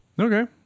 Okay